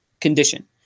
Condition